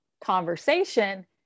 conversation